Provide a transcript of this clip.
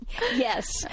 Yes